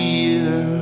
year